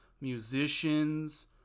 musicians